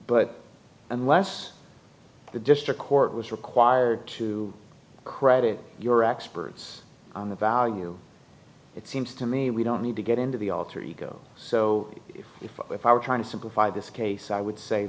but unless the district court was required to credit your experts on the value it seems to me we don't need to get into the alter ego so if if i were trying to simplify this case i would say